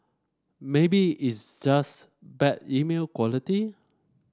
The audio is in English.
maybe it's just bad email quality